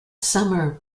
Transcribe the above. summer